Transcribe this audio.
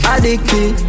Addicted